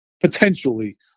potentially